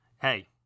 Hey